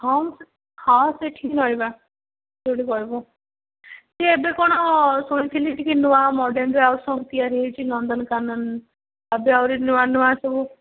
ହଁ ହଁ ସେଠି ହିଁ ରହିବା ଯେଉଁଠି କହିବୁ ଟିକେ ଏବେ କ'ଣ ଶୁଣିଥିଲି ଟିକେ ନୂଆ ମଡ଼େଲ୍ରେ ଆଉ ସବୁ ତିଆରି ହେଇଛି ନନ୍ଦନକାନନ୍ ଏବେ ଆହୁରି ନୂଆ ନୂଆ ସବୁ